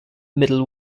middle